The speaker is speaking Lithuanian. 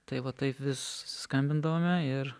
tai va taip vis skambindavome ir